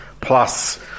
plus